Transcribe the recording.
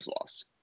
lost